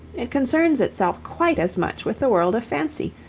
it concerns itself quite as much with the world of fancy,